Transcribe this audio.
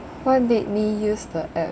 what made me use the app